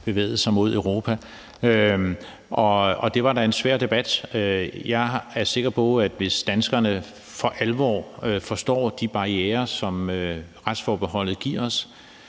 bevægede sig mod Europa. Og det var da en svær debat. Jeg er sikker på, at hvis danskerne for alvor forstår de barrierer, som retsforbeholdet sætter for